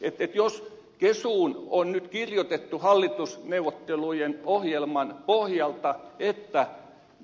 että jos kesuun on nyt kirjoitettu hallitusneuvottelujen ohjelman pohjalta että